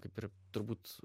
kaip ir turbūt